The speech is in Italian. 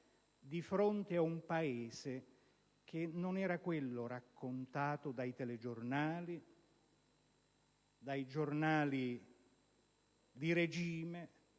di fronte ad un Paese che non era quello raccontato dai telegiornali e dai giornali di regime.